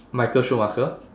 michael schumacher